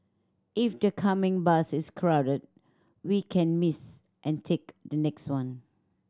if the coming bus is crowded we can miss and take the next one